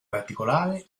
particolare